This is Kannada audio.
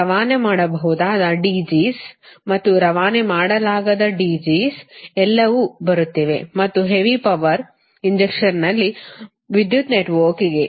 ರವಾನೆ ಮಾಡಬಹುದಾದ DGs ಮತ್ತು ರವಾನೆ ಮಾಡಲಾಗದ DGs ಎಲ್ಲವೂ ಬರುತ್ತಿವೆ ಮತ್ತು ಹೆವಿ ಪವರ್ ಇಂಜೆಕ್ಷನ್ನಲ್ಲಿ ವಿದ್ಯುತ್ ನೆಟ್ವರ್ಕ್ಗೆ